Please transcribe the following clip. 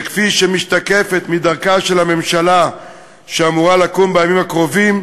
וכפי שמשתקפת מדרכה של הממשלה שאמורה לקום בימים הקרובים,